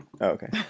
Okay